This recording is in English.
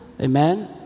Amen